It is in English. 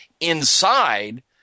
inside